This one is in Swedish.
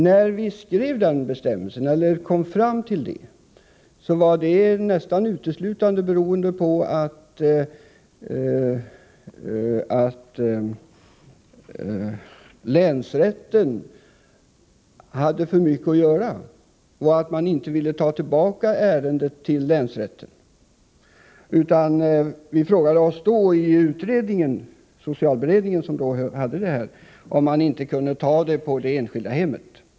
Att vi kom fram till detta berodde nästan uteslutande på att länsrätten hade för mycket att göra och att vi därför inte ville ta tillbaka ärendet till länsrätten. Vi frågade oss då inom socialberedningen, som hade uppe denna fråga, om man inte kunde fatta beslut i det enskilda hemmet.